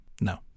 No